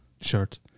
shirt